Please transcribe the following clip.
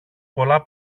πολλά